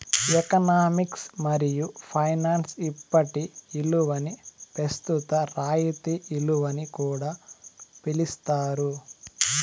economics మరియు finance ఇప్పటి ఇలువని పెస్తుత రాయితీ ఇలువని కూడా పిలిస్తారు